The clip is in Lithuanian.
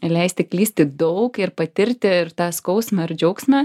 ir leisti klysti daug ir patirti ir tą skausmą ir džiaugsmą